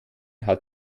hat